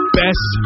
best